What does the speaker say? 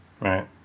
right